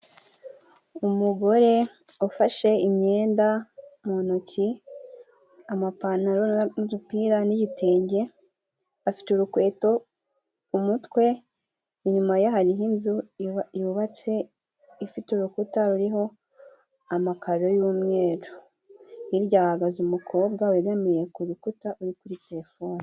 Umugore ufashe imyenda mu ntoki ,amapantaro n'udupira n'igitenge, afite urukweto ku mutwe. Inyuma ye hariho inzu yubatse ifite urukuta ruriho amakaro y'umweru, hirya hahagaze umukobwa wegamiye ku rukuta uri kuri terefone.